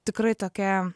tikrai tokia